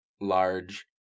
large